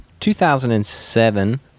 2007